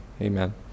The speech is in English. Amen